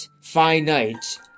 Finite